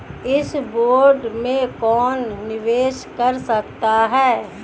इस बॉन्ड में कौन निवेश कर सकता है?